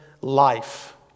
life